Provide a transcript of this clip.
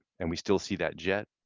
and we still see that jet.